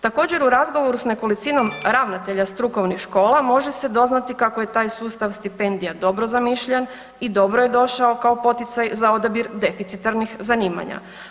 Također, u razgovoru s nekolicinom ravnatelja strukovnih škola, može se doznati kako je taj sustav stipendija dobro zamišljen i dobro je došao kao poticaj za odabir deficitarnih zanimanja.